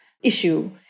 issue